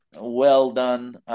well-done